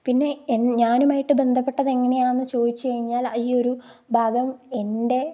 പിന്നെ എൻ ഞാനുമായിട്ട് ബന്ധപ്പെട്ടത് എങ്ങനയാന്ന് ചോദിച്ച് കഴിഞ്ഞാൽ ഈയൊരു ഭാഗം എൻറ്റെ